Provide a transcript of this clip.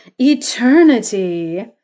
eternity